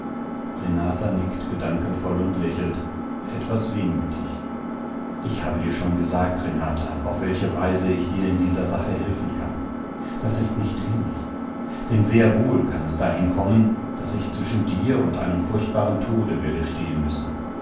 renata nickt gedankenvoll und lächelt etwas wehmütig ich habe dir schon gesagt renata auf welche weise ich dir in dieser sache helfen kann das ist nicht wenig denn sehr wohl kann es dahin kommen daß ich zwischen dir und einem furchtbaren tode werde stehen müssen